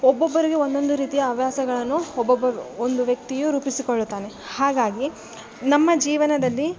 ಒಬೊಬ್ಬರಿಗೆ ಒಂದೊಂದು ರೀತಿಯ ಅವ್ಯಾಸಗಳನ್ನು ಒಬೊಬ್ಬ ಒಂದು ವ್ಯಕ್ತಿಯು ರೂಪಿಸಿಕೊಳ್ಳುತ್ತಾನೆ ಹಾಗಾಗಿ ನಮ್ಮ ಜೀವನದಲ್ಲಿ